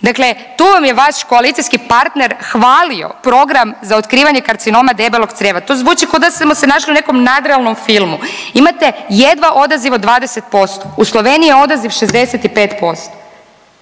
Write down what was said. Dakle tu vam je vaš koalicijski partner hvalio program za otkrivanje karcinoma debelog crijeva, to zvuči k'o da smo se našli u nekom nadrealnom filmu, imate jedna odaziv od 20%, u Sloveniji je odaziv 65%.